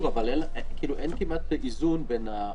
זו נקודת האיזון בדיוק.